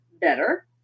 better